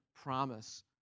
promise